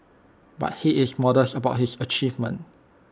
but he is modest about his achievement